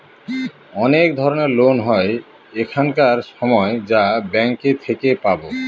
অনেক ধরনের লোন হয় এখানকার সময় যা ব্যাঙ্কে থেকে পাবো